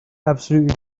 absolutely